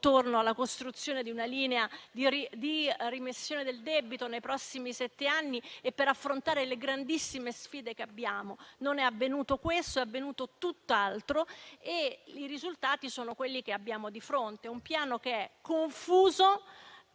intorno alla costruzione di una linea di remissione del debito nei prossimi sette anni e per affrontare le grandissime sfide che abbiamo. Ciò non è avvenuto, mentre è avvenuto tutt'altro, e i risultati sono quelli che abbiamo di fronte, ossia un Piano confuso: